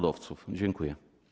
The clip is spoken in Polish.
Dziękuję.